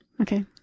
Okay